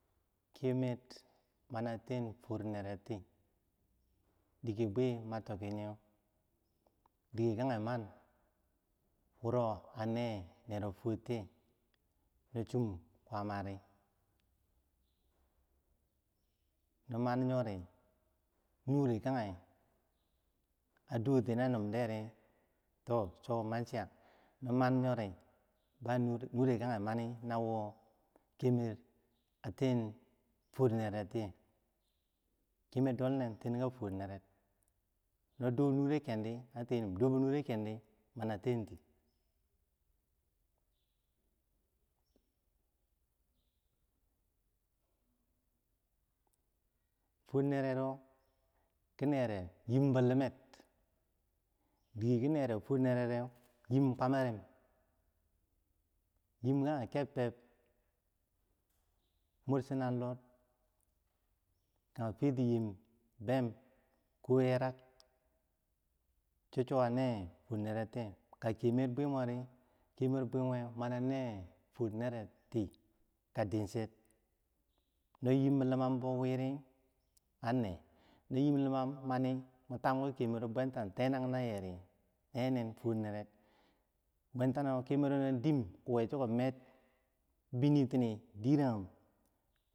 Kemer mana ten fwor ne retti, dike bwi ma tikiyeu dike kange man na woro ane nero fwortiye, na chum kwaamari, no maniyo ri nure kanye adoti na numreh ri to cho ma chiya, no manyodi ba nure nure kange mani na wo kemer a ten fworneree tinye kemer dolnin tenkag fuwor nerek no dow nure kendi an tenum, dobe nure kendi mini a tenti, fwornerero ki nere yimbo limer dikeh ki nere fuwor nerereh yimb kwamerem yim kanye kembeb mwur chinarlor, kageh feti yimbem ko yerak cho cho ane fwor neretiye, kakemer bwimuer mani ane fwor nenetti, kadencher no yim lumambo widi, an ne no yim limam bo mani bwenta mun tam kikemero bwantah tenagi na yeri, nenin fuwor nerer bwantano kemerow dim kuweh chiko mer di bini tini diragum.